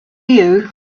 you